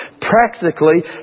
practically